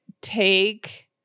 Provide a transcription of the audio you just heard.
take